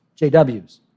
JWs